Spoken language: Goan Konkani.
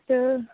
आतां